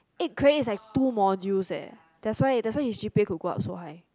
eight credits is like two modules leh that why that why she g_p_a can go up so high